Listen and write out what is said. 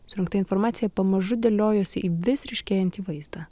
surinkta informacija pamažu dėliojasi į vis ryškėjantį vaizdą